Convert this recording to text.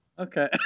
Okay